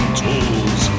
tools